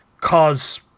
cause